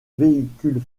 véhicule